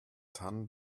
tan